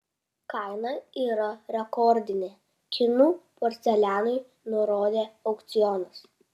kaina yra rekordinė kinų porcelianui nurodė aukcionas